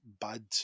bad